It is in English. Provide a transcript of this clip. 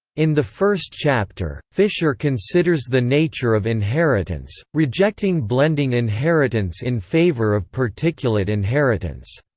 in the first chapter, fisher considers the nature of inheritance, rejecting blending inheritance in favour of particulate inheritance.